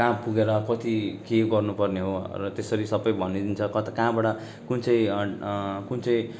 कहाँ पुगेर कति के गर्नु पर्ने हो र त्यसरी सबै भनिदिन्छ कता कहाँबाट कुन चाहिँ कुन चाहिँ